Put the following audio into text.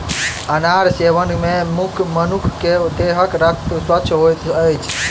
अनार सेवन मे मनुख के देहक रक्त स्वच्छ होइत अछि